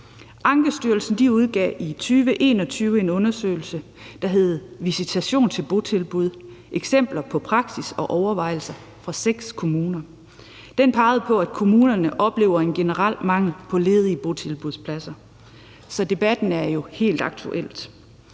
Ankestyrelsen udgav i 2021 en undersøgelse, der hed »Visitation til botilbud – Eksempler på praksis og overvejelser fra seks kommuner«. Den pegede på, at kommunerne oplever en generel mangel på ledige botilbudspladser, så debatten er jo helt aktuel.